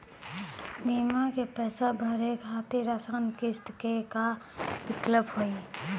बीमा के पैसा भरे खातिर आसान किस्त के का विकल्प हुई?